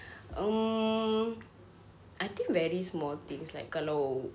mm I think very small things like kalau